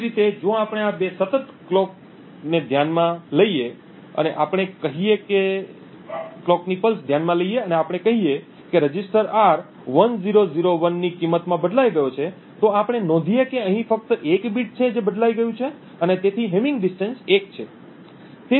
એ જ રીતે જો આપણે આ બે સતત ઘડિયાળ ની પલ્સ ધ્યાનમાં લઈએ અને આપણે કહીએ કે રજિસ્ટર આર 1001 ની કિંમતમાં બદલાઈ ગયો છે તો આપણે નોંધીએ કે અહીં ફક્ત એક બીટ છે જે બદલાઈ ગયું છે અને તેથી હેમિંગ અંતર 1 છે